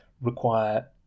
require